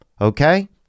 okay